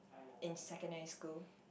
in secondary school